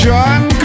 John